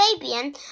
Fabian